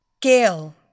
Gail